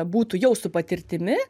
būtų jau su patirtimi